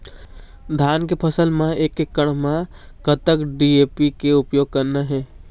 धान के फसल म एक एकड़ म कतक डी.ए.पी के उपयोग करना हे?